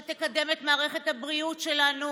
שתקדם את מערכת הבריאות שלנו,